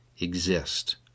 exist